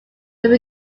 where